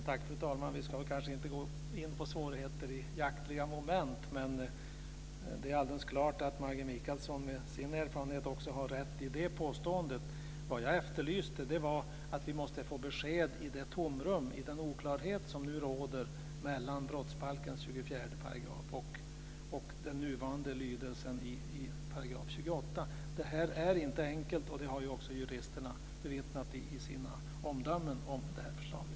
Fru talman! Vi ska väl inte gå in på svårigheter i jaktliga moment. Men det är alldeles klart att Maggi Mikaelsson med sin erfarenhet också har rätt i det påståendet. Vad jag efterlyste var att vi måste få besked i det tomrum och den oklarhet som nu råder mellan brottsbalkens 24 § och den nuvarande lydelsen i jaktförordningens 28 §. Det är inte enkelt. Det har också juristerna vittnat om i sina omdömen om förslaget.